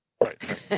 Right